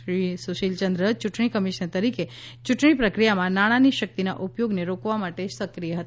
શ્રી સુશીલ ચંદ્ર ચૂંટણી કમિશનર તરીકે ચૂંટણી પ્રક્રિયામાં નાણાની શક્તિના ઉપયોગને રોકવા માટે સક્રિય હતા